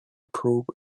probe